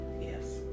Yes